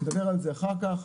נדבר על זה אחר כך.